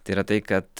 tai yra tai kad